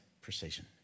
precision